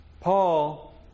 Paul